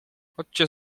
chodźcie